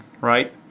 right